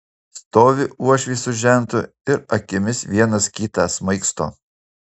stovi uošvis su žentu ir akimis vienas kitą smaigsto